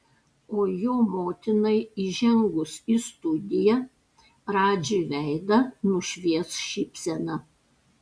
o jo motinai įžengus į studiją radži veidą nušvies šypsena